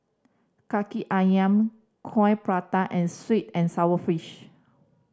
Kaki Ayam Coin Prata and sweet and sour fish